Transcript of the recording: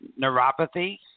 neuropathy